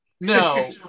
No